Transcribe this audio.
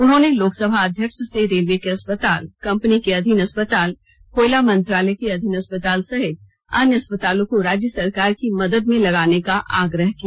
उन्होंने लोकसभा अध्यक्ष से रेलवे के अस्पताल कंपनी के अधीन अस्पताल कोयला मंत्रालय के अधीन अस्पताल सहित अन्य अस्पतालों को राज्य सरकार की मदद में लगाने का आग्रह किया